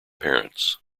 parents